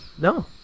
No